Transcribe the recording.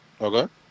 Okay